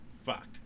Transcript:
fucked